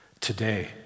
Today